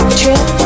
trip